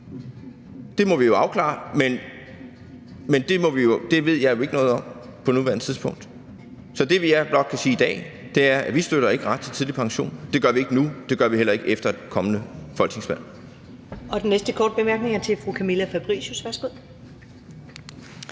Det må vi afklare, men det ved jeg jo ikke noget om på nuværende tidspunkt. Så det, jeg blot kan sige i dag, er, at vi ikke støtter ret til tidlig pension. Det gør vi ikke nu, og det gør vi heller ikke efter et kommende folketingsvalg.